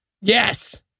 Yes